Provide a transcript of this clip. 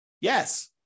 Yes